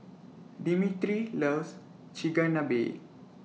Dimitri loves Chigenabe